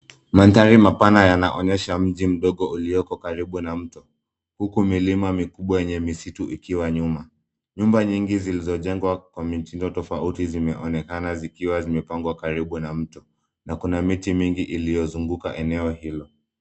Mandhari mapana yanaonyesha mji mdogo ulioko karibu na mto huku milima mikubwa yenye misitu ikiwa nyuma. Nyumba nyingi zilizojengwa kwa mitindo tofauti zimeonekana zikiwa zimepangwa karibu na mto na kuna miti mingi iliyozunguka eneo hilo.